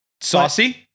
saucy